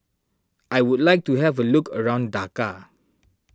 I would like to have a look around Dhaka